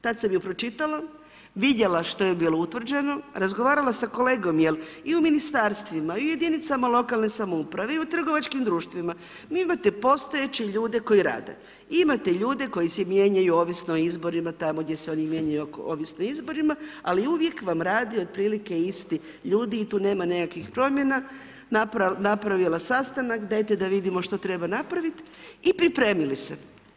Tada sam ju pročitala, vidjela što je bilo utvrđeno, razgovarala sa kolegom jer i u ministarstvima i u jedinicama lokalne samouprave samouprave i u trgovačkim društvima vi imate postojeće ljude koji rade i imate ljude koji se mijenjaju ovisno o izborima tamo gdje se oni mijenjaju ovisno o izborima ali i uvijek vam rade otprilike isti ljudi i tu nema nekakvih promjena, napravila sastanak, dajte da vidimo što treba napraviti i pripremili se.